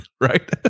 right